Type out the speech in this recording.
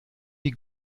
die